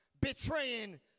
betraying